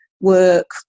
work